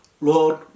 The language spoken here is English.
Lord